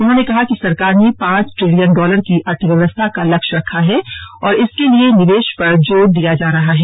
उन्होंने कहा कि सरकार ने पांच ट्रिलियन डॉलर की अर्थव्यवस्था का लक्ष्य रखा है और इसके लिए निवेश पर जोर दिया जा रहा है